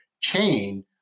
chain